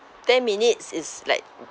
ten minutes is like